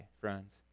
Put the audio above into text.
friends